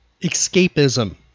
escapism